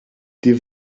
die